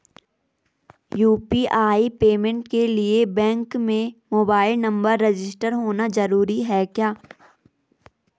UPI payment के लिए bank में मोबाइल नंबर रजिस्टर्ड होना जरूरी है क्या?